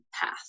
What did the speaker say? path